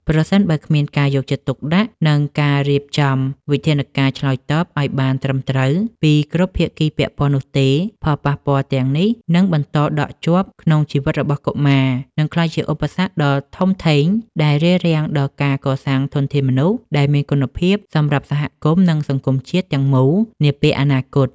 ប្រសិនបើគ្មានការយកចិត្តទុកដាក់ និងការរៀបចំវិធានការឆ្លើយតបឱ្យបានត្រឹមត្រូវពីគ្រប់ភាគីពាក់ព័ន្ធនោះទេ ផលប៉ះពាល់ទាំងនេះនឹងបន្តដក់ជាប់ក្នុងជីវិតរបស់កុមារ និងក្លាយជាឧបសគ្គដ៏ធំធេងដែលរារាំងដល់ការកសាងធនធានមនុស្សដែលមានគុណភាពសម្រាប់សហគមន៍ និងសង្គមជាតិទាំងមូលនាពេលអនាគត។